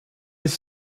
his